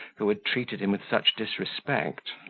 who had treated him with such disrespect.